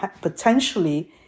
potentially